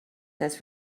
has